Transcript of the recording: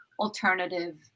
alternative